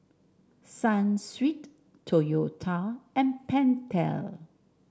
Sunsweet Toyota and Pentel